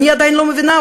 אני עדיין לא מבינה,